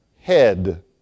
head